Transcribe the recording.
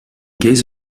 case